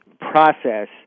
process